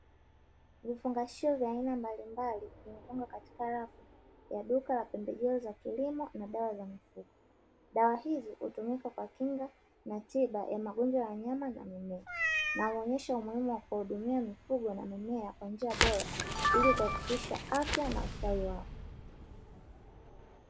Vifungashio vya aina mbalimbali, vimepangwa katika rafu ya duka la pembejeo za kilimo na dawa za mifugo. Dawa hizi hutumika kama kinga na tiba ya magonjwa ya wanyama na mimea, na huonyesha umuhimu wa kuhudumia mifugo na mimea kwa njia bora ili kuhakikisha afya na ustawi wao.